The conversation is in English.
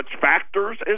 factors